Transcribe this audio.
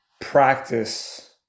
practice